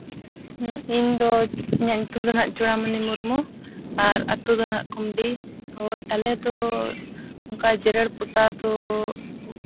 ᱤᱧᱫᱚ ᱤᱧᱟᱹᱜ ᱧᱩᱛᱩᱢ ᱫᱚ ᱦᱟᱸᱜ ᱪᱩᱲᱟᱢᱩᱱᱤ ᱢᱩᱨᱢᱩ ᱟᱨ ᱟᱛᱳ ᱫᱚ ᱦᱟᱸᱜ ᱠᱩᱢᱰᱤ ᱳᱭ ᱟᱞᱮ ᱫᱚ ᱚᱱᱠᱟ ᱡᱮᱨᱮᱲ ᱯᱚᱛᱟᱣ ᱫᱚ